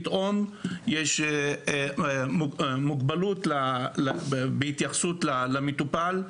ויש מוגבלות בהתייחסות למטופל.